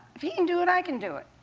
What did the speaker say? if he can do it, i can do it.